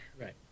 Right